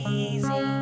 easy